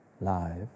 life